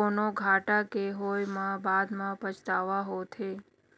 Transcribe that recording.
कोनो घाटा के होय म बाद म पछतावा होथे